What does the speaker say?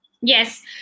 Yes